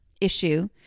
issue